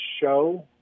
show